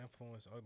influence